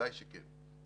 בוודאי שכן.